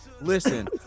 listen